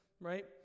Right